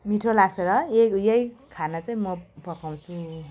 मिठो लाग्छ र यही यही खाना चाहिँ म पकाउँछु